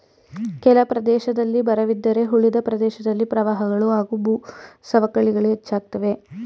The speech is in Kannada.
ಕೆಲ ಪ್ರದೇಶದಲ್ಲಿ ಬರವಿದ್ದರೆ ಉಳಿದ ಪ್ರದೇಶದಲ್ಲಿ ಪ್ರವಾಹಗಳು ಹಾಗೂ ಭೂಸವಕಳಿಗಳು ಹೆಚ್ಚಾಗ್ತವೆ